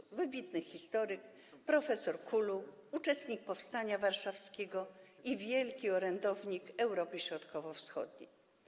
Był to wybitny historyk, profesor KUL-u, uczestnik powstania warszawskiego i wielki orędownik Europy Środkowo-Wschodniej.